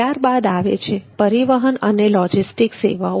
ત્યારબાદ આવે છે પરિવહન અને લોજિસ્ટિક્સ સેવાઓ